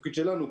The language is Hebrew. והתפקיד שלנו,